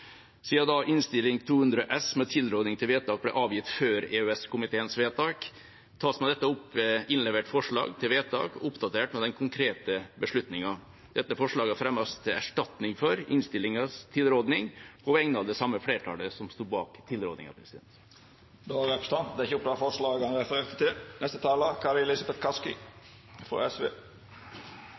200 S med tilråding til vedtak ble avgitt før EØS-komiteens vedtak, tar jeg med dette opp innlevert forslag til vedtak oppdatert med den konkrete beslutningen. Dette forslaget fremmes til erstatning for innstillingas tilråding på vegne av det samme flertallet som sto bak tilrådingen. Då har representanten Helge Orten teke opp det forslaget han refererte til. Jeg skal ikke ha ordet lenge. Jeg vil bare understreke at SV